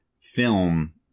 film